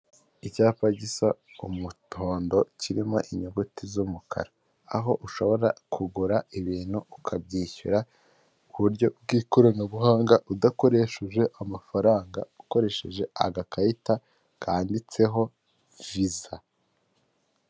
Icyapa gisa umuhodo kirimo inyuguti z'umukara aho ushobora kugura ibintu ukabyishyura ku buryo bw'ikoranabuhanga udakoresheje amafaranga ukoresheje agakarita kanditseho viza.